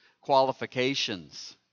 qualifications